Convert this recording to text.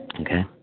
Okay